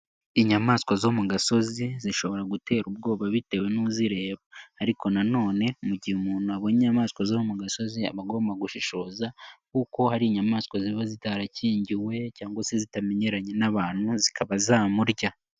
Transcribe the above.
Inyamaswa zo mu gasozi zishobora gutera ubwoba bitewe n'uzireba, ariko nano mu gihe umuntu abonye inyamaswa zoba mu gasozi aba agomba gushishoza kuko hari inyamaswa ziba zitarakingiwe cyangwa se zitamenyeranye n'abantu zikaba zamurya.